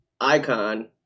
Icon